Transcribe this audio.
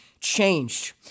changed